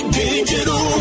digital